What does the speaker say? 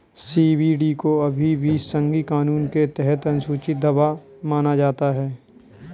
CBD को अभी भी संघीय कानून के तहत अनुसूची दवा माना जाता है